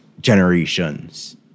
generations